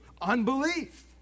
Unbelief